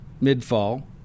mid-fall